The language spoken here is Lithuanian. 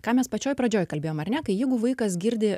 ką mes pačioj pradžioj kalbėjom ar ne kai jeigu vaikas girdi